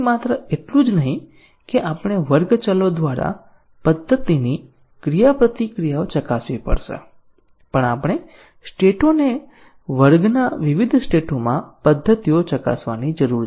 માત્ર એટલું જ નહીં કે આપણે વર્ગ ચલો દ્વારા પદ્ધતિની ક્રિયાપ્રતિક્રિયાઓ ચકાસવી પડશે પણ આપણે સ્ટેટોને વર્ગના વિવિધ સ્ટેટોમાં પદ્ધતિઓ ચકાસવાની જરૂર છે